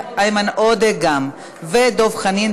וגם איימן עודה ודב חנין.